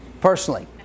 personally